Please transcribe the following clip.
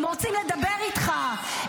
הם רוצים לדבר איתך,